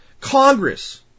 Congress